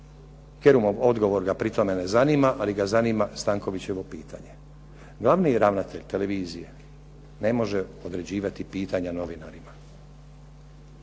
Kerumov odgovor ga pri tome ne zanima, ali ga zanima Stankovićevo pitanje. Glavni ravnatelj televizije ne može određivati pitanja novinarima